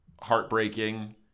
heartbreaking